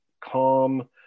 calm